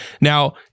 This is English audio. Now